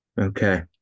Okay